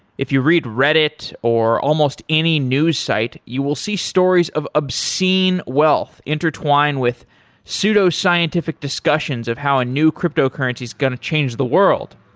if you read reddit or almost any news site, you will see stories of obscene wealth intertwined with pseudoscientific discussions of how a new cryptocurrency is going to change the world.